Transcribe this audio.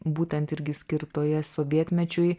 būtent irgi skirtoje sovietmečiui